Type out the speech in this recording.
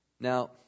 Now